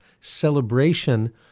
celebration